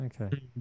okay